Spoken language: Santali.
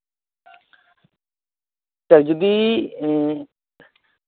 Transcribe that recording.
ᱡᱩᱫᱤ